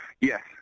Yes